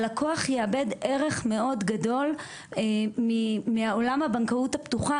הלקוח יאבד ערך מאוד גדול מעולם הבנקאות הפתוחה,